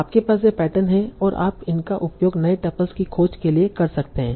आपके पास ये पैटर्न हैं और आप इनका उपयोग नए टपल्स की खोज के लिए कर सकते हैं